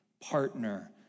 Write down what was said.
partner